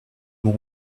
mon